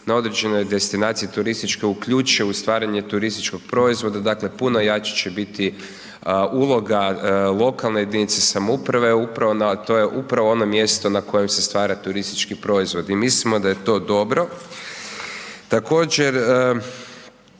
na određenoj destinaciji turističkoj uključe u stvaranje turističkog proizvoda, dakle puno jače će biti uloga lokalne jedinice samouprave, to je upravo ono mjesto na kojem se stvara turistički proizvod. I mislimo da je to dobro. Također